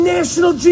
National